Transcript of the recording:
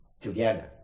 together